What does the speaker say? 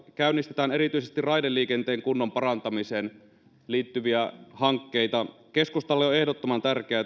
käynnistetään erityisesti raideliikenteen kunnon parantamiseen liittyviä hankkeita keskustalle on ehdottoman tärkeää